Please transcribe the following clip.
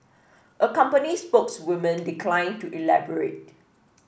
a company spokeswoman declined to elaborate